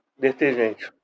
detergente